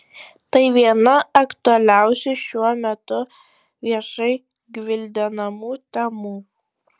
tai viena aktualiausių šiuo metu viešai gvildenamų temų